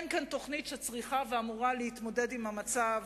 אין כאן תוכנית שצריכה ואמורה להתמודד עם המצב.